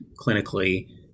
clinically